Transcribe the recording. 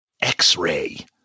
x-ray